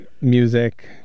music